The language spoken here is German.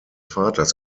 vaters